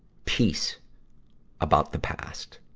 peace about the past.